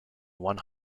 one